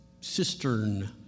cistern